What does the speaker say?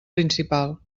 principal